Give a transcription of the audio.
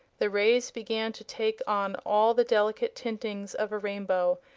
the rays began to take on all the delicate tintings of a rainbow,